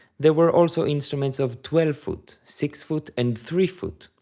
there were also instruments of twelve foot, six foot, and three foot,